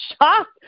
shocked